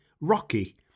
Rocky